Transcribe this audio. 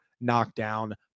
knockdown